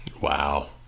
wow